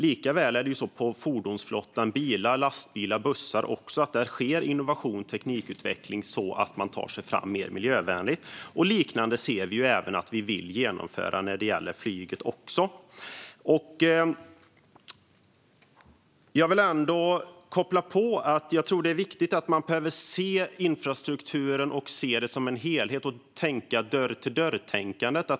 Samma sak gäller fordonsflottan med bilar, lastbilar och bussar. Där sker innovation och teknikutveckling på så vis att man tar sig fram på ett mer miljövänligt sätt. Vi ser och vill genomföra en liknande utveckling för flyget. Jag vill koppla på något annat som sas. Det är viktigt att se infrastrukturen som en helhet och ha ett dörr-till-dörr-tänkande.